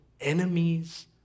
enemies